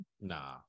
Nah